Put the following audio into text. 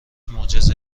معجزه